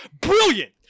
brilliant